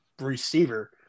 receiver